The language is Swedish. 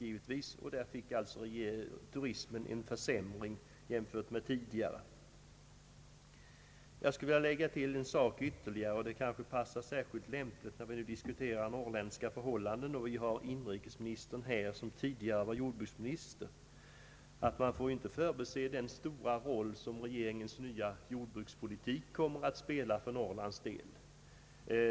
Turismen fick därför vidkännas en försämring i förhållande till tidigare. Jag skulle vilja lägga till ytterligare en sak som det kan vara lämpligt att ta upp när vi nu diskuterar norrländska förhållanden med inrikesministern som tidigare varit jordbruksminister. Man får i detta sammanhang inte förbise den stora roll som regeringens nya jordbrukspolitik kommer att spela för Norrlands del.